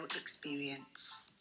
experience